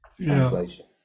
translation